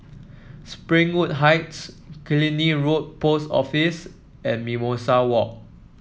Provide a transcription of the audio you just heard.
Springwood Heights Killiney Road Post Office and Mimosa Walk